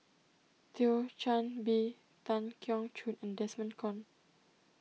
Thio Chan Bee Tan Keong Choon and Desmond Kon